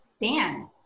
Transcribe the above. Dan